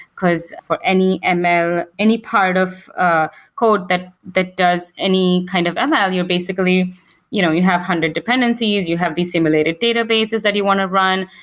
because for any and ml, any part of a code that that does any kind of um ah ml, you're basically you know you have hundred dependencies, you have dissimulated databases that you want to run.